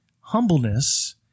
humbleness